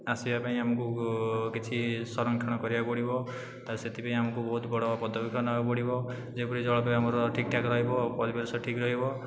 ଆସିବା ପାଇଁ ଆମକୁ କିଛି ସଂରକ୍ଷଣ କରିବାକୁ ପଡ଼ିବ ଆଉ ସେଥିପାଇଁ ଆମକୁ ବହୁତ ବଡ଼ ପଦକ୍ଷପ ନେବାକୁ ପଡ଼ିବ ଯେଉଁଭଳି ଜଳବାୟୁ ଆମର ଠିକ ଠାକ ରହିବ ଆଉ ପରିବେଶ ଠିକ ରହିବ